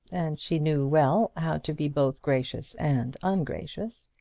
and she knew well how to be both gracious and ungracious.